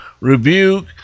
rebuke